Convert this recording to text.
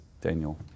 Daniel